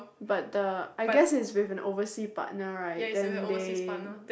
but the I guess it's with an oversea partner right then they